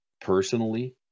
personally